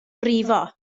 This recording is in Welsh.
brifo